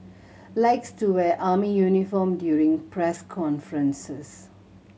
likes to wear army uniform during press conferences